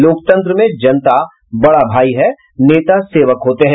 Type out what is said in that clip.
लोकतंत्र में जनता बड़ा भाई है नेता सेवक होते हैं